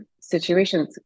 situations